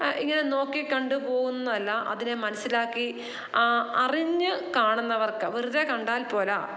ഇങ്ങനെ നോക്കിയും കണ്ടും പോവുന്നതല്ല അതിനെ മനസിലാക്കി ആ അറിഞ്ഞ് കാണുന്നവർക്ക് വെറുതെ കണ്ടാൽപ്പോര